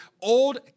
old